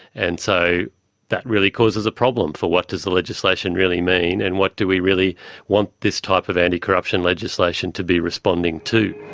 and so that really causes a problem for what does the legislation really mean and what do we really want this type of anticorruption legislation to be responding to?